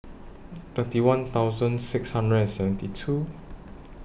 thirty one thousand six hundred and seventy two